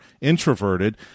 introverted